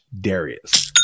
Darius